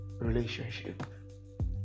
relationship